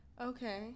Okay